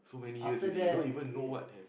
after that eh